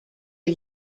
are